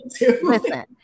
listen